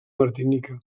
martinica